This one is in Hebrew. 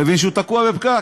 מבין שהוא תקוע בפקק.